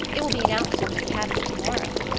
it will be announced in the academy tomorrow.